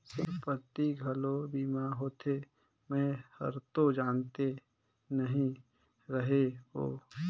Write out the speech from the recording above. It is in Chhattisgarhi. संपत्ति के घलो बीमा होथे? मे हरतो जानते नही रहेव